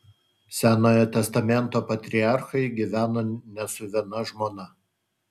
senojo testamento patriarchai gyveno ne su viena žmona